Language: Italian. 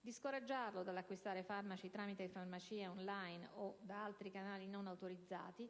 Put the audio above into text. di scoraggiarlo dall'acquistare farmaci tramite le farmacie *on line* o da altri canali non autorizzati